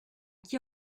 qui